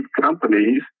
companies